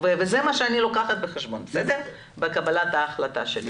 זה מה שאני לוקחת בחשבון בקבלת ההחלטה שלי.